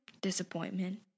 Disappointment